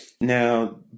Now